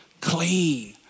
clean